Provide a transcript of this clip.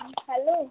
hello